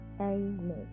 Amen